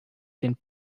den